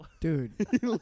Dude